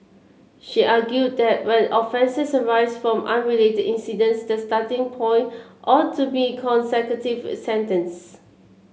she argued that when offences arise from unrelated incidents the starting point ought to be consecutive sentences